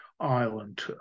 island